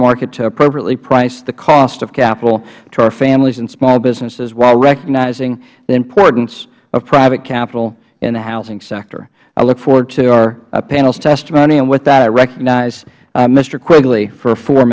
market to appropriately price the cost of capital to our families and small businesses while recognizing the importance of private capital in the housing sector i look forward to our panel's testimony with that i recognize mister quigley for four